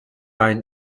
einen